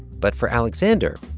but for alexander,